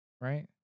right